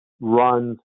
runs